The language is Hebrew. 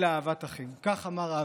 אלא אהבת אחים כך אמר אבי.